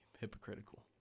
hypocritical